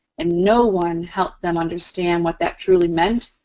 and no one helped them understand what that truly meant.